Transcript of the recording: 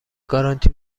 گارانتی